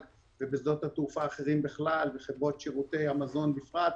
ובשדות התעופה האחרים בכלל וחברות שירותי המזון בפרט,